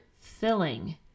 filling